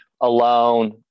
alone